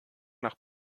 nach